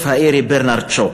הפילוסוף האירי ברנרד שו,